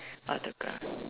autograph